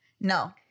no